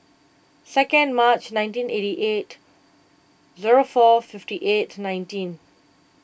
second March nineteen eighty eight zero four fifty eight nineteen